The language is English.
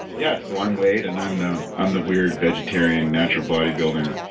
yeah, so i'm wade and i'm the i'm the weird vegetarian natural bodybuilding